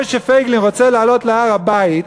משה פייגלין רוצה לעלות להר-הבית,